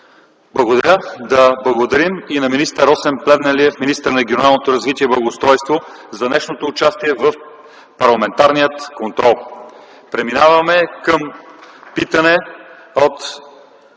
Благодаря. Да благодарим и на министър Росен Плевнелиев – министър на регионалното развитие и благоустройството, за днешното му участие в парламентарния контрол. Преминаваме към питане към